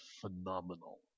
phenomenal